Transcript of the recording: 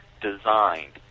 designed